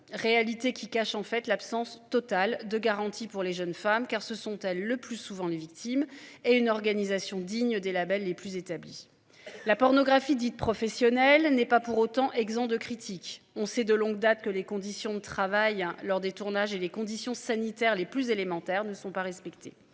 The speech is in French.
réalité qui cache en fait l'absence totale de garantie pour les jeunes femmes car ce sont elles, le plus souvent les victimes et une organisation digne des labels les plus établis la pornographie dites professionnelle n'est pas pour autant, exempt de critiques, on sait de longue date que les conditions de travail hein. Lors des tournages et les conditions sanitaires les plus élémentaires ne sont pas respectées.